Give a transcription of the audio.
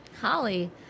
Holly